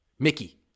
Mickey